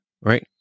right